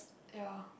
ya